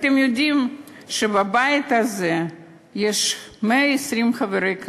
אתם יודעים שבבית הזה יש 120 חברי כנסת,